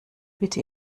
bitte